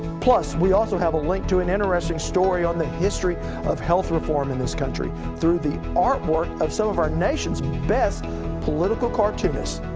plus, we also have a link to an interesting story on the history of health reform in this country, through the artwork of some so of our nation's best political cartoonists.